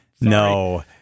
No